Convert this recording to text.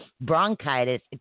bronchitis